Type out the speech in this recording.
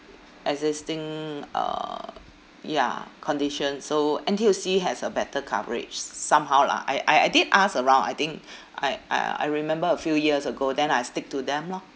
existing uh ya condition so N_T_U_C has a better coverage somehow lah I I I did ask around I think I I I remember a few years ago then I stick to them lor